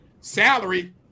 salary